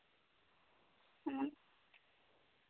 ᱦᱮᱸ